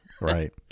Right